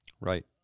Right